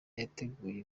yiteguye